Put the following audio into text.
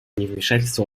невмешательства